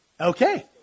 Okay